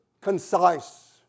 concise